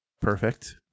Perfect